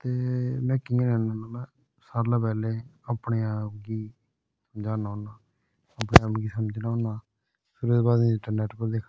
ते में कियां लैन्ना होन्ना सारें कोला पैहलेंअपने आप गी ध्याना हुन्ना अपने आप गी समझना हुन्ना फिर ओह्दे बाद मीं इंटरनेट पर दिक्खना हुन्ना